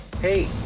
Hey